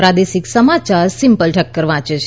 પ્રાદેશિક સમાચાર સિમ્પલ ઠક્કર વાંચે છે